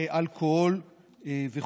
אלכוהול וכו'.